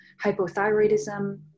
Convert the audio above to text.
hypothyroidism